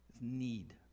need